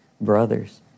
brothers